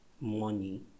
money